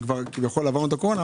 כשכביכול עברנו את הקורונה,